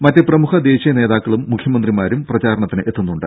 മറ്റ് പ്രമുഖ ദേശീയ നേതാക്കളും മുഖ്യമന്ത്രിമാരും പ്രചാരണത്തിന് എത്തുന്നുണ്ട്